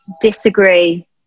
disagree